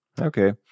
Okay